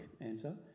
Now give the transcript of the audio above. answer